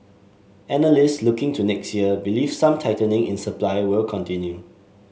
analysts looking to next year believe some tightening in supply will continue